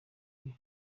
biri